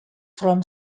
from